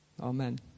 Amen